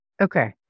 Okay